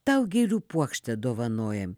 tau gėlių puokštę dovanojam